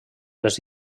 les